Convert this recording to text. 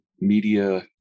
media